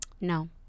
No